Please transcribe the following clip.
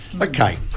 Okay